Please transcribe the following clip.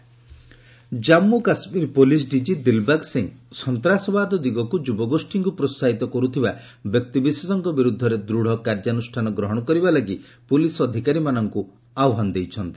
JK DGP Jammu ଓ Kashmir police DG Dilbag Singh ସନ୍ତାସବାଦ ଦିଗକୁ ଯୁବଗୋଷ୍ଠୀଙ୍କୁ ପ୍ରୋସାହିତ କରୁଥିବା ବ୍ୟକ୍ତିବିଶେଷଙ୍କ ବିରୁଦ୍ଧରେ ଦୂଢ଼ କାର୍ଯ୍ୟାନୁଷ୍ଠାନ ଗ୍ରହଣ କରିବା ଲାଗି ପୋଲିସ୍ ଅଧିକାରୀମାନଙ୍କୁ ଆହ୍ୱାନ ଜଣାଇଛନ୍ତି